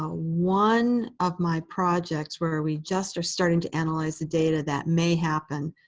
ah one of my projects where we just are starting to analyze the data, that may happen,